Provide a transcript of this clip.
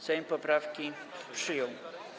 Sejm poprawki przyjął.